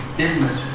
business